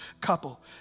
couple